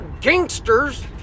gangsters